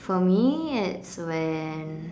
for me it's when